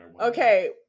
okay